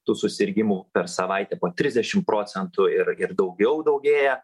tų susirgimų per savaitę po trisdešim procentų ir daugiau daugėja